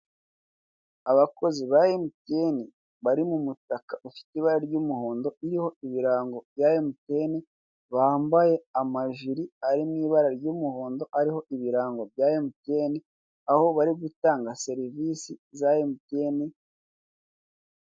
Abakozi ba mtn bari mu mutaka ufite ibara ry'umuhondo uriho ibirango bya mtn bambaye amajiri ari mu ibara ry'umuhondo ariho ibirango bya mtn, aho bari gutanga serivisi za mtn.